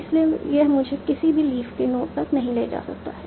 इसलिए यह मुझे किसी भी लीफ के नोड तक नहीं ले जा सकता है